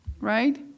right